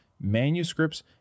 manuscripts